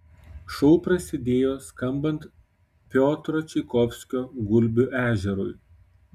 šou prasidėjo skambant piotro čaikovskio gulbių ežerui